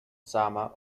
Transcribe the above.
sama